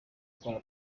gukora